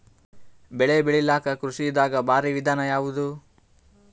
ಬೆಳೆ ಬೆಳಿಲಾಕ ಕೃಷಿ ದಾಗ ಭಾರಿ ವಿಧಾನ ಯಾವುದು?